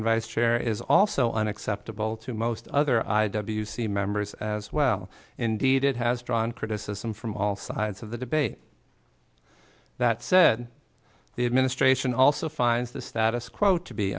and vice chair is also an acceptable to most other i w c members as well indeed it has drawn criticism from all sides of the debate that said the administration also finds the status quo to be